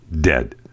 dead